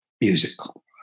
musical